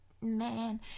man